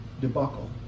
debacle